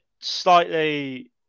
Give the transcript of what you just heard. slightly